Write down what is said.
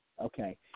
Okay